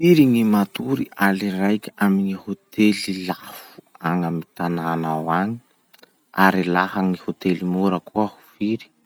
Firy gny matory aly raiky amy gny hotely lafo agny amy tanànao agny? Ary laha gny hotely mora koa firy?